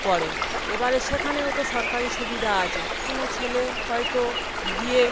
পড়ে এবারে সেখানেও তো সরকারি সুবিধা আছে কোনো ছেলে হয়তো গিয়ে